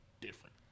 different